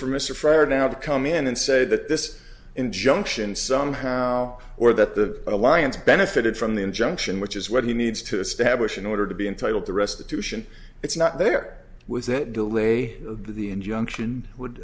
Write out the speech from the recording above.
mr fryer now to come in and say that this injunction somehow or that the alliance benefited from the injunction which is what he needs to establish in order to be entitled to restitution it's not there was it delay the injunction would